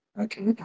Okay